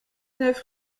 neuf